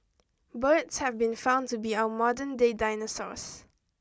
birds have been found to be our modernday dinosaurs